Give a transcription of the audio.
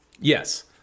Yes